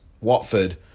Watford